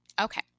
Okay